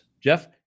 Jeff